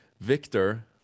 Victor